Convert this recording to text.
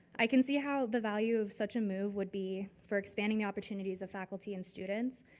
i can see how the value of such a move would be for expanding opportunities of faculty and students,